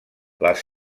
les